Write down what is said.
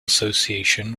association